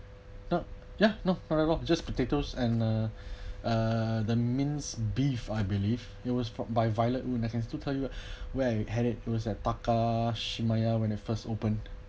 nope ya nope just potatoes and uh uh the minced beef I believe it was brought by violet Oon I can still tell you where where had it it was at takashimaya when it first opened